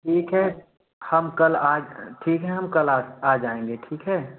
ठीक है हम कल आज ठीक है हम कल आज आ जाऍंगे ठीक है